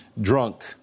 drunk